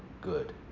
good